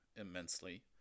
immensely